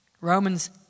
Romans